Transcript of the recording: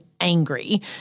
angry